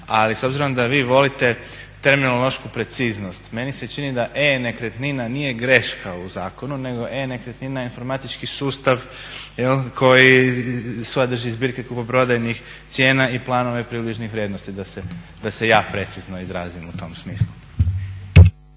Ali s obzirom da vi volite terminološku preciznost, meni se čini da e-nekretnina nije greška u zakonu nego e-nekretnina je informatički sustav koji sadrži zbirke kupoprodajnih cijena i planove približnih vrijednosti da se ja precizno izrazim u tom smislu.